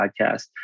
podcast